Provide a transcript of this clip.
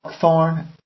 thorn